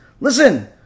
listen